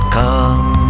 come